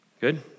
Good